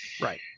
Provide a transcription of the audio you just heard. right